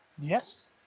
Yes